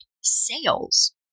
sales